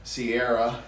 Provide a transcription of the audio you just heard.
Sierra